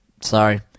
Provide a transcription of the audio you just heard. Sorry